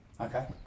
Okay